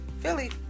Philly